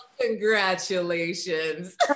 congratulations